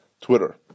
Twitter